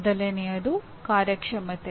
ಮೊದಲನೆಯದು ಕಾರ್ಯಕ್ಷಮತೆ